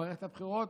במערכת הבחירות,